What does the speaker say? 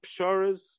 psharas